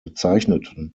bezeichneten